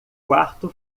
quarto